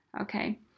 okay